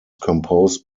composed